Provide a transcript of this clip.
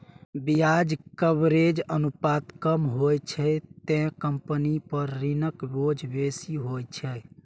ब्याज कवरेज अनुपात कम होइ छै, ते कंपनी पर ऋणक बोझ बेसी होइ छै